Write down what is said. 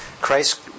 Christ